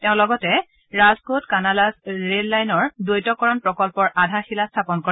তেওঁ লগতে ৰাজকোট কানালাছ ৰেল লাইনৰ দ্বৈতকৰণ প্ৰকল্পৰ আধাৰশিলাও স্থাপন কৰে